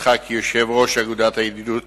תפקידך כיושב-ראש אגודת הידידות